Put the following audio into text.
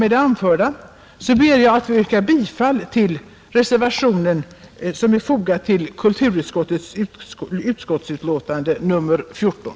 Med det anförda ber jag att få yrka bifall till reservationen till kulturutskottets betänkande nr 14.